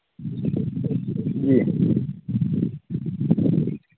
जी